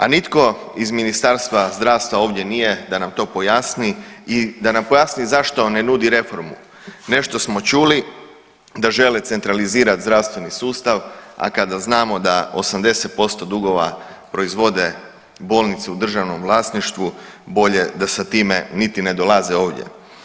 A nitko iz Ministarstva zdravstva ovdje nije da nam to pojasni i da nam pojasni zašto ne nudi reformu, nešto smo čuli da žele centralizirati zdravstveni sustav, a kada znamo da 80% dugova proizvode bolnice u državnom vlasništvu bolje da sa time niti ne dolaze ovdje.